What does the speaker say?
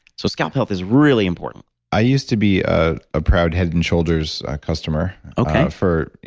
so, scalp health is really important i used to be a ah proud head and shoulders customer for.